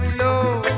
love